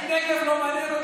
נגב לא מעניין אותך?